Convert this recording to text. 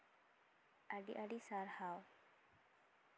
ᱟᱹᱰᱤ ᱟᱹᱰᱤ ᱥᱟᱨᱦᱟᱣ